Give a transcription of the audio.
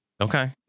Okay